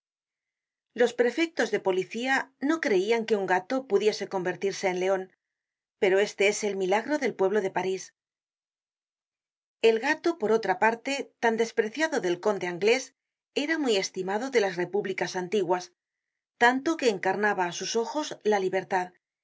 los prefectos de policía no creian que un gato pudiese convertirse en leon pero este es el milagro del pueblo de parís el gato por otra parte tan despreciado del conde anglés era muy estimado de las repúblicas antiguas tanto que encarnaba á sus ojos la libertad y